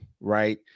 right